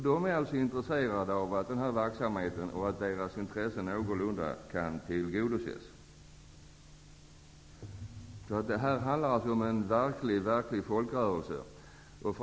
De är intresserade av att denna verksamhet och att deras intressen någorlunda kan tillgodoses. Detta handlar alltså om en verklig folkrörelse.